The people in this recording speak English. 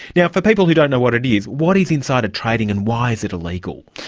now, for people who don't know what it is, what is insider trading and why is it illegal?